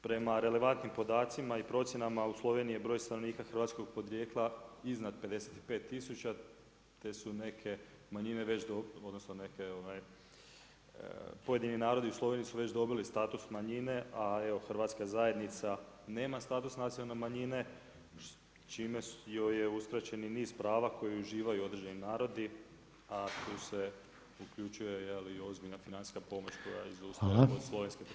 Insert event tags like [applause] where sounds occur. Prema relevantnim podacima i procjenama, u Sloveniji je broj stanovnika hrvatskog porijekla iznad 55000, te su neke manjine, odnosno, neke pojedini narodi u Sloveniji su već dobili status manjine, a evo, hrvatska zajednica nema status nacionalne manjine, čime joj je uskraćen niz prava koje uživaju određeni narodi, a tu se uključuje i ozbiljna financijska pomoć koje … [unintelligible] Evo pa bi molio odgovor o tome.